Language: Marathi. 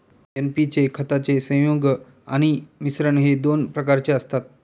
एन.पी चे खताचे संयुग आणि मिश्रण हे दोन प्रकारचे असतात